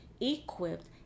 equipped